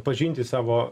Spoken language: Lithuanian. pažinti savo